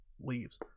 Leaves